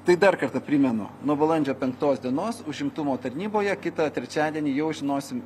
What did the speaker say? tai dar kartą primenu nuo balandžio penktos dienos užimtumo tarnyboje kitą trečiadienį jau žinosim